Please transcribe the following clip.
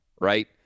right